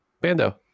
Bando